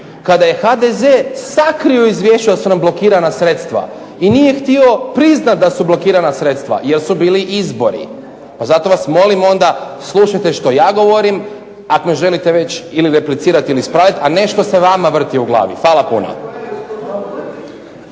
kada je HDZ sakrio izvješća jer su nam blokirana sredstva, i nije htio priznati da su blokirana sredstva, jer su bili izbori, zato vas molim onda slušajte što ja govorim, ako ne želite već ili replicirati ili ispraviti, a ne što se vama vrti u glavi. Hvala puno.